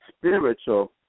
Spiritual